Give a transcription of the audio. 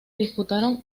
disputaron